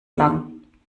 lang